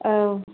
औ